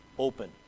open